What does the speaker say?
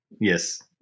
Yes